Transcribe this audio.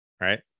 right